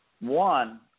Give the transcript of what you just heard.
One